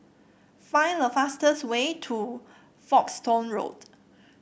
find the fastest way to Folkestone Road